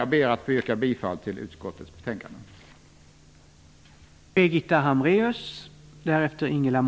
Jag ber att få yrka bifall till utskottets hemställan i betänkandet.